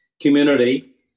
community